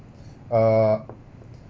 uh